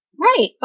Right